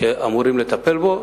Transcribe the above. שאמורים לטפל בו.